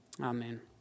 amen